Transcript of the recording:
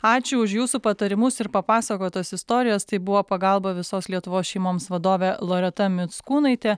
ačiū už jūsų patarimus ir papasakotas istorijas tai buvo pagalba visos lietuvos šeimoms vadovė loreta mickūnaitė